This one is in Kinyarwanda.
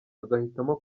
agahitamo